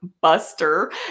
buster